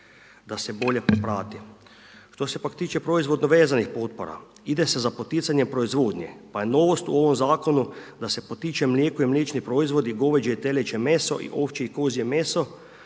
da se bolje poprati. Što se pak tiče proizvodno vezanih potpora, ide se za poticanjem proizvodnje pa je novost u ovom zakonu da se potiče mlijeko i mliječni proizvodi, goveđe i teleće meso i ovčje i kozje meso